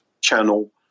channel